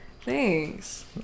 Thanks